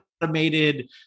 automated